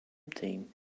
team